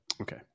okay